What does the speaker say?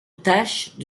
taches